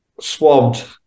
swabbed